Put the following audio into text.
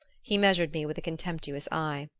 he measured me with a contemptuous eye.